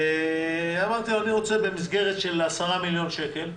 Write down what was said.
ואמרתי שאני רוצה במסגרת של עשרה מיליון שקל,